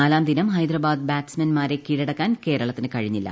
നാലാംദിനം ഹൈദരാബാദ് ബാറ്റ്സ്മാൻമാരെ കീഴടക്കാൻ കേരളത്തിനു കഴിഞ്ഞില്ല